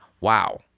Wow